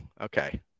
Okay